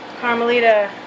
Carmelita